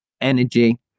energy